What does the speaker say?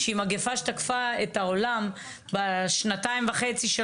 שהיא מגיפה שתקפה את העולם בשנתיים וחצי האלה